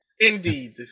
Indeed